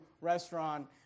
restaurant